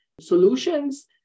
solutions